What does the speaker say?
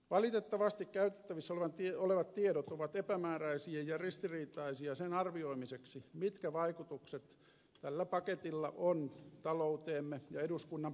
valitettavasti käytettävissä olevat tiedot ovat epämääräisiä ja ristiriitaisia sen arvioimiseksi mitkä vaikutukset tällä paketilla on talouteemme ja eduskunnan perustuslailliseen budjettivaltaan